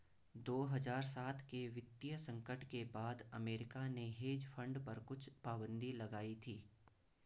दो हज़ार सात के वित्तीय संकट के बाद अमेरिका ने हेज फंड पर कुछ पाबन्दी लगाई थी